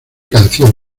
canción